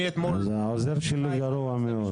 אז העוזר שלי גרוע מאוד.